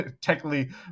technically